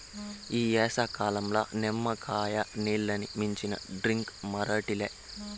ఈ ఏసంకాలంల నిమ్మకాయ నీల్లని మించిన డ్రింక్ మరోటి లే